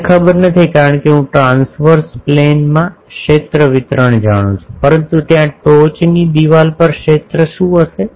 મને ખબર નથી કારણ કે હું ટ્રાંસવર્સ પ્લેનમાં ક્ષેત્ર વિતરણ જાણું છું પરંતુ ત્યાં ટોચની દિવાલ પર ક્ષેત્ર શું હશે